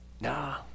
Nah